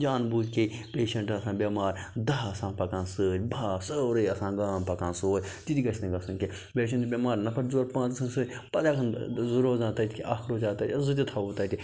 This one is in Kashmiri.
جان بوٗجھ کے پیشَنٛٹ آسان بٮ۪مار دَہ آسان پکان سۭتۍ بَہہ آسا سورٕے آسان گام پکان تِتہِ گژھِ نہٕ گژھُن کیٚنٛہہ پیشنٛٹ چھِ بٮ۪مار نفر زٕ ژور پانٛژھ گژھَن سۭتۍ پتہٕ زٕ روزنا تَتہِ کہِ اَکھ روزیٛا تَتہِ یا زٕ تہِ تھاوو تَتہِ